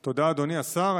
תודה, אדוני השר.